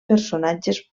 personatges